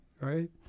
right